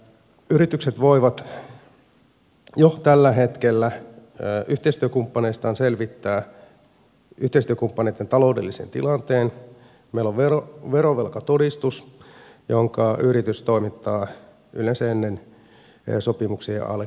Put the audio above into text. yritykset voivat jo tällä hetkellä selvittää yhteistyökumppaneidensa taloudellisen tilanteen meillä on verovelkatodistus jonka yritys toimittaa yleensä ennen sopimuk sien allekirjoittamista